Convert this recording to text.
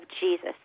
Jesus